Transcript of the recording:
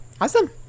Awesome